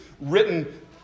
written